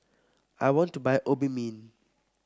I want to buy Obimin